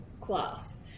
class